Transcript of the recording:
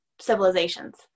civilizations